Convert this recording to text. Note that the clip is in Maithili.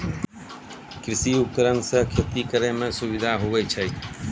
कृषि उपकरण से खेती करै मे सुबिधा हुवै छै